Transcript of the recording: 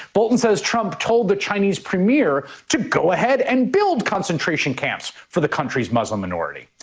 bolton says trump told the chinese premier to go ahead and build concentration camps for the country's muslim minority.